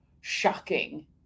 shocking